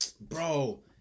Bro